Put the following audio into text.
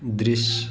दृश्य